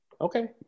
Okay